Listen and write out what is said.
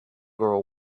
girl